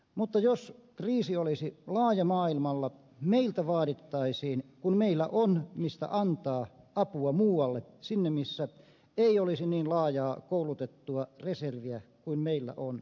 mutta jos kriisi olisi laaja maailmalla meiltä vaadittaisiin kun meillä on mistä antaa apua muualle sinne missä ei olisi niin laajaa koulutettua reserviä kuin meillä on